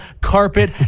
carpet